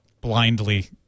blindly